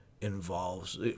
involves –